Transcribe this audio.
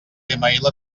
html